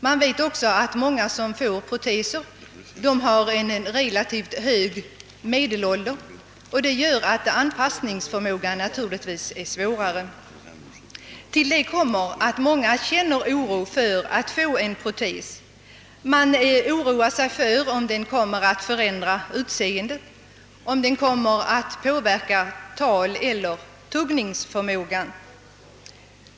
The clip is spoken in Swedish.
Man vet också att de som får proteser har en relativt hög genomsnittsålder, och det gör att anpassningsförmågan är sämre. Till detta kommer att många känner oro för att få en protes. Man oroar sig för att den skall förändra utseendet och att den kommer att påverka taleller tuggningsförmågan.